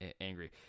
angry